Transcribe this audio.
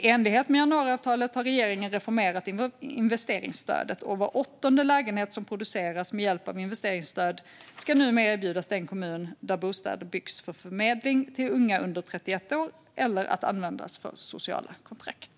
I enlighet med januariavtalet har regeringen reformerat investeringsstödet. Var åttonde lägenhet som produceras med hjälp av investeringsstöd ska numera erbjudas den kommun där bostäderna byggs för förmedling till unga under 31 år eller för att användas för sociala kontrakt.